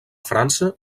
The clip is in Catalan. frança